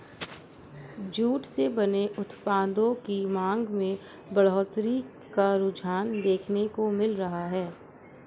jute से बने उत्पादों की मांग में बढ़ोत्तरी का रुझान देखने को मिल रहा है